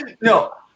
No